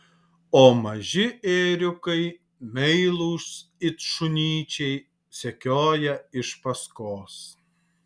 o maži ėriukai meilūs it šunyčiai sekioja iš paskos